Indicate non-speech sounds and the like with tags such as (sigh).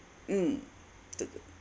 mm (noise)